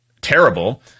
terrible